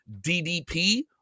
DDP